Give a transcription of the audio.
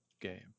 game